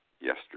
yesterday